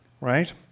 Right